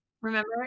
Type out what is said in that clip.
Remember